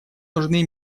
нужны